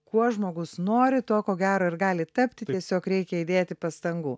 kuo žmogus nori tuo ko gero ir gali tapti tiesiog reikia įdėti pastangų